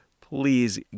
please